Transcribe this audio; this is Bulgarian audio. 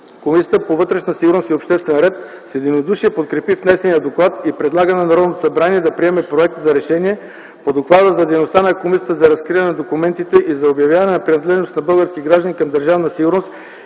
Комисията по вътрешна сигурност и обществен ред с единодушие подкрепи внесения доклад и предлага на Народното събрание да приеме проект за Решение по Доклада за дейността на Комисията за разкриване на документите и за обявяване на принадлежност на български граждани към Държавна сигурност